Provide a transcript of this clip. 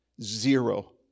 zero